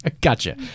Gotcha